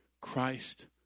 Christ